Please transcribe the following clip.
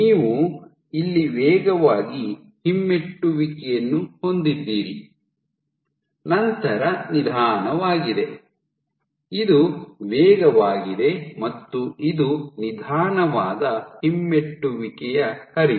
ನೀವು ಇಲ್ಲಿ ವೇಗವಾಗಿ ಹಿಮ್ಮೆಟ್ಟುವಿಕೆಯನ್ನು ಹೊಂದಿದ್ದೀರಿ ನಂತರ ನಿಧಾನವಾಗಿದೆ ಇದು ವೇಗವಾಗಿದೆ ಮತ್ತು ಇದು ನಿಧಾನವಾದ ಹಿಮ್ಮೆಟ್ಟುವಿಕೆಯ ಹರಿವು